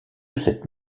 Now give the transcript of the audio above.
cette